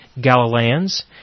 Galileans